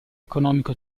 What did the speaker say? economico